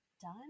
done